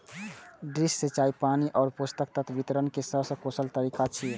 drip सिंचाई पानि आ पोषक तत्व वितरण के सबसं कुशल तरीका छियै